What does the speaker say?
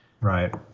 right